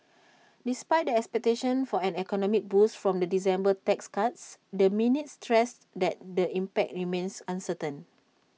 despite the expectations for an economic boost from the December tax cuts the minutes stressed that the impact remains uncertain